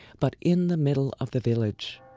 but in the middle of the village,